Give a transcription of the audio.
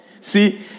see